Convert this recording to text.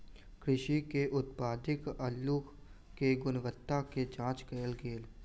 कृषक के उत्पादित अल्लु के गुणवत्ता के जांच कएल गेल